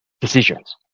decisions